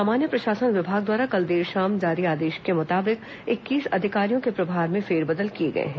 सामान्य प्रशासन विभाग द्वारा कल देर शाम जारी आदेश के मुताबिक इक्कीस अधिकारियों के प्रभार में फेरबदल किए गए हैं